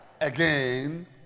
Again